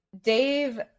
Dave